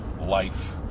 life